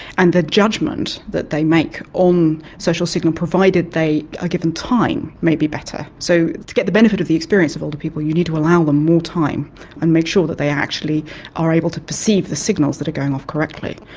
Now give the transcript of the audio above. and the judgement that they make on social signals, provided they are given time, may be better. so to get the benefit of the experience of older people you need to allow them more time and make sure that they actually are able to perceive the signals that are going off correctly.